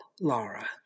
Laura